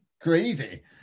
crazy